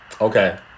Okay